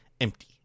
empty